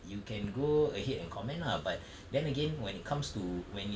you can go ahead and comment lah but then again when it comes to when it